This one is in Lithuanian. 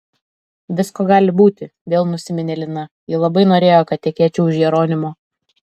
visko gali būti vėl nusiminė lina ji labai norėjo kad tekėčiau už jeronimo